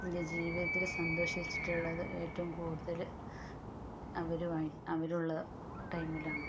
എൻ്റെ ജീവിതത്തിൽ സന്തോഷിച്ചിട്ടുള്ളത് ഏറ്റവും കൂടുതൽ അവരുള്ള ടൈമിലാണ്